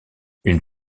une